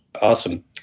Awesome